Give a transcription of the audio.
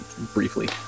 Briefly